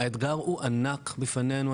האתגר הוא ענק בפנינו,